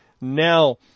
Now